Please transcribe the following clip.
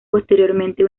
posteriormente